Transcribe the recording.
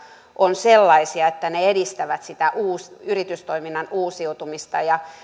on sellaisia että ne edistävät sitä yritystoiminnan uusiutumista